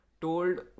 told